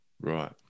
Right